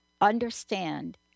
understand